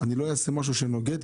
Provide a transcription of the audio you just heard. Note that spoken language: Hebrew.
אני לא אעשה משהו שנוגד,